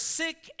sick